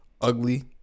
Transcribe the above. ugly